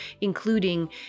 including